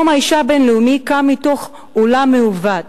יום האשה הבין-לאומי קם מתוך עולם מעוות,